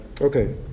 okay